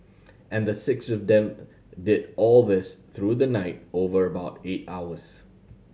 and the six of them did all this through the night over about eight hours